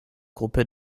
gruppe